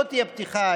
לא תהיה פתיחה,